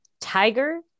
Tiger